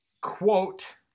quote